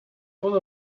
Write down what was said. full